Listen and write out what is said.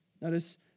Notice